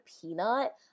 Peanut